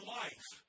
life